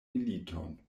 militon